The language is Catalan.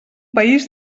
país